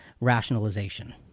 rationalization